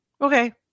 Okay